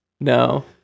No